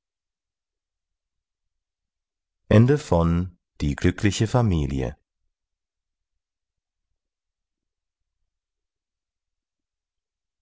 die glückliche familie